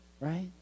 right